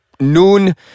Noon